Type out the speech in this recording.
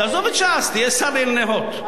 תעזוב את ש"ס, תהיה שר לענייני "הוט".